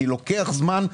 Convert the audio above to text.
כי לוקח זמן.